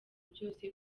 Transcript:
byose